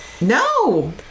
No